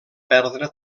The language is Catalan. perdre